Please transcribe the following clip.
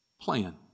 plan